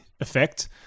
effect